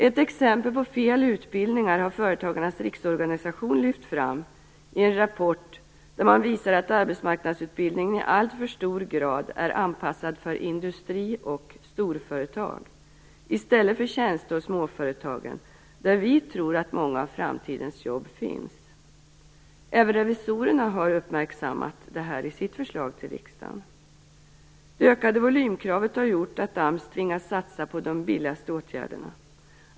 Ett exempel på fel utbildningar har Företagarnas riksorganisation lyft fram i en rapport där man visar att arbetsmarknadsutbildningen i alltför hög grad är anpassad till industri och storföretagen i stället för tjänste och småföretagen där vi tror att många av framtidens jobb finns. Även revisorerna har uppmärksammat detta i sitt förslag till riksdagen. Det ökade volymkravet har gjort att AMS tvingas satsa på de billigaste åtgärderna.